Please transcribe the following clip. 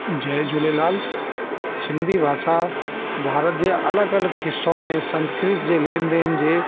जय झूलेलाल सिंधी भाषा भारत जे अलॻि अलॻि हिसो में संस्कृत जे लेन देन जे